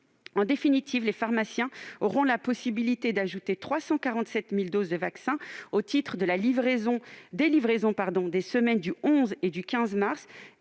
En définitive, les pharmaciens auront la possibilité d'injecter 347 000 doses de vaccins au titre des livraisons des semaines du 11 et du 15 mars,